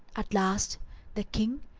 at last the king,